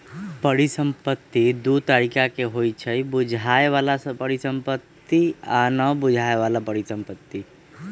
परिसंपत्ति दु तरिका के होइ छइ बुझाय बला परिसंपत्ति आ न बुझाए बला परिसंपत्ति